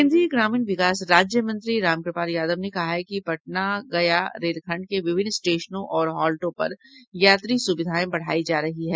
केंद्रीय ग्रामीण विकास राज्य मंत्री रामकृपाल यादव ने कहा है कि पटना गया रेलखंड के विभिन्न स्टेशनों और हाल्टों पर यात्री सुविधायें बढ़ायी जा रही है